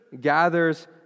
gathers